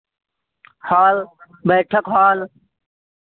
hall बैठक hall